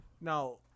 Now